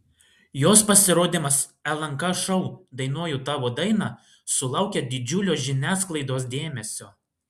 jos pasirodymas lnk šou dainuoju tavo dainą sulaukė didžiulio žiniasklaidos dėmesio